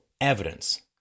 evidence